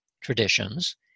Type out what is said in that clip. traditions